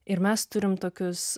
ir mes turim tokius